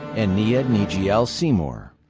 eniia nigiel seymore.